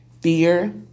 fear